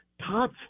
Top